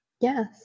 Yes